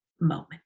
moment